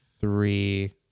three